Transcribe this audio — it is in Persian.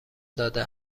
داده